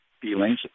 feelings